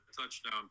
touchdown